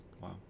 Wow